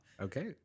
Okay